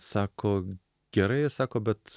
sako gerai sako bet